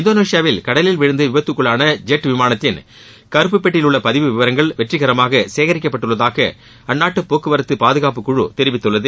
இந்தோனேஷியாவில் கடலில் விழுந்து விபத்துக்குள்ளான ஜெட் விமானத்தின் கருப்புப் பெட்டியில் உள்ள பதிவு விவரங்கள் வெற்றிகரமாக சேகரிக்கப்பட்டுள்ளதாக அந்நாட்டு போக்குவரத்து பாதுகாப்புக்குழு தெரிவித்துள்ளது